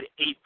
eight